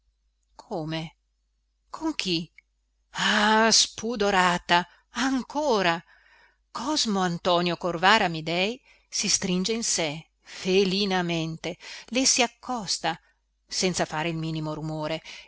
come con chi ah spudorata ancora cosmo antonio corvara amidei si stringe in sé felinamente le si accosta senza fare il minimo rumore